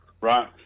right